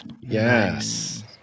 Yes